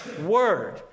word